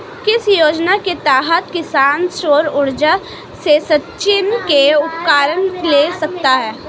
किस योजना के तहत किसान सौर ऊर्जा से सिंचाई के उपकरण ले सकता है?